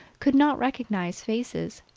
could not recognize faces,